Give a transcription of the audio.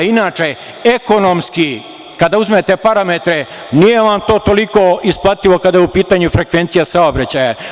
Inače, ekonomski kada uzmete parametre nije vam to toliko isplativo kada je u pitanju frekvencija saobraćaja.